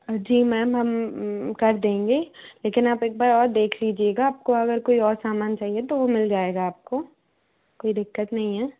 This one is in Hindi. जी मैम हम कर देंगे लेकिन आप एक बार और देख लीजिएगा आपको अगर कोई और सामान चाहिए तो वो मिल जाएगा आपको कोई दिक्कत नहीं है